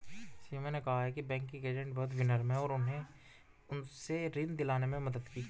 सीमा ने कहा कि बैंकिंग एजेंट बहुत विनम्र हैं और उन्होंने उसे ऋण दिलाने में मदद की